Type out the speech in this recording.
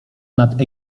nad